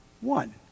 one